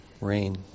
rain